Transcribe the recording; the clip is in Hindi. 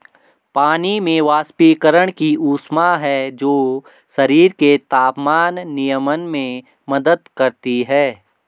पानी में वाष्पीकरण की ऊष्मा है जो शरीर के तापमान नियमन में मदद करती है